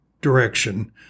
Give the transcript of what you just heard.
direction